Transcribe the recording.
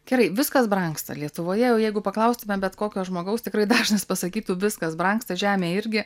gerai viskas brangsta lietuvoje o jeigu paklaustume bet kokio žmogaus tikrai dažnas pasakytų viskas brangsta žemė irgi